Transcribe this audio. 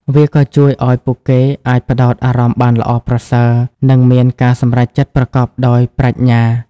វាក៏ជួយឱ្យពួកគេអាចផ្តោតអារម្មណ៍បានល្អប្រសើរ និងមានការសម្រេចចិត្តប្រកបដោយប្រាជ្ញា។